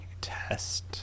test